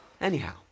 Anyhow